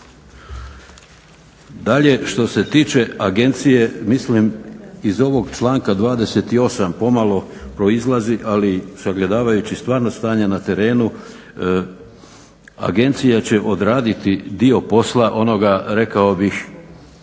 Dalje što se tiče agencije, mislim iz ovog članka 28. pomalo proizlazi, ali sagledavajući stvarno stanje na terenu agencija će odraditi dio posla onoga rekao bih